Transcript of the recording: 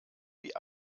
wie